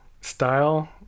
style